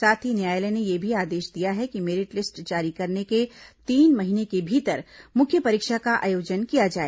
साथ ही न्यायालय ने यह भी आदेश दिया है कि मेरिट लिस्ट जारी करने के तीन महीने के भीतर मुख्य परीक्षा का आयोजन किया जाए